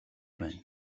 байна